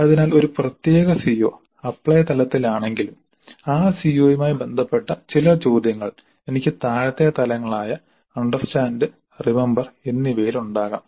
അതിനാൽ ഒരു പ്രത്യേക സിഒ അപ്ലൈ തലത്തിലാണെങ്കിലും ആ സിഒയുമായി ബന്ധപ്പെട്ട ചില ചോദ്യങ്ങൾ എനിക്ക് താഴത്തെ തലങ്ങളായ അണ്ടർസ്റ്റാൻഡ് റിമമ്പർ എന്നിവയിൽ ഉണ്ടാകാം